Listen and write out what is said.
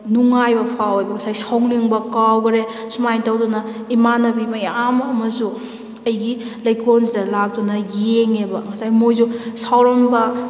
ꯅꯨꯉꯥꯏꯕ ꯐꯥꯎꯏꯕ ꯉꯁꯥꯏ ꯁꯥꯎꯅꯤꯡꯕ ꯀꯥꯎꯈꯔꯦ ꯁꯨꯃꯥꯏꯅ ꯇꯧꯗꯅ ꯏꯃꯥꯅꯕꯤ ꯃꯌꯥꯝ ꯑꯃꯁꯨ ꯑꯩꯒꯤ ꯂꯩꯀꯣꯜꯁꯤꯗ ꯂꯥꯛꯇꯨꯅ ꯌꯦꯡꯉꯦꯕ ꯉꯁꯥꯏ ꯃꯣꯏꯁꯨ ꯁꯥꯎꯔꯝꯕ